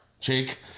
Jake